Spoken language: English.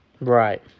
Right